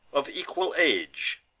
of equal age,